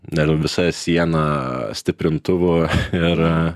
nežinau visa siena stiprintuvų ir